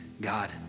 God